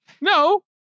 No